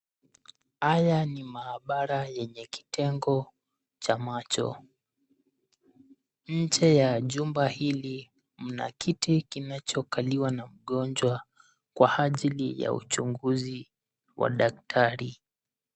Haya ni maabara yenye kitengo cha macho. Nje ya jumba hili, mna kiti kinachakaliwa na mgonjwa kwa ajili ya uchunguzi wa daktari.